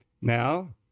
Now